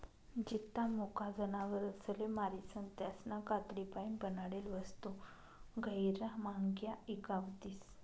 जित्ता मुका जनावरसले मारीसन त्यासना कातडीपाईन बनाडेल वस्तू गैयरा म्हांग्या ईकावतीस